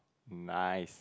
nice